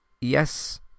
Yes